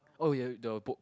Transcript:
oh ya the book